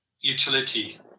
utility